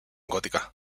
gótica